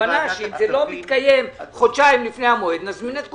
אם זה לא מתקיים חודשיים לפני המועד - נזמין את כולם.